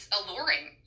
alluring